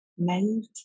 Melt